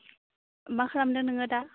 मा खालामदों नोङो दा